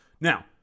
Now